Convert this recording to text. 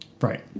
Right